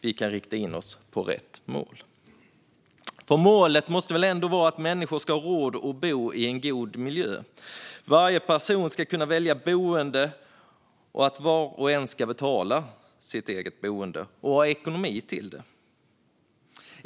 Vi kan rikta in oss på rätt mål - för målet måste väl ändå vara att människor ska ha råd att bo i en god miljö, att varje person ska kunna välja boende och att var och en ska betala sitt eget boende och ha ekonomi till det.